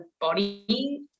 body